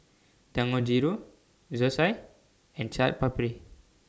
Dangojiru Zosui and Chaat Papri